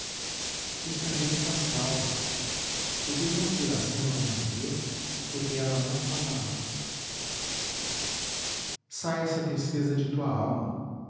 o estrangeiro está salvo os irmãos de iracema vão morrer porque ela não falará saia essa tristeza de tua alma